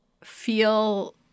feel